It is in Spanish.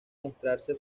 mostrarse